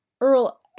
Earl